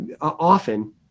often